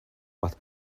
but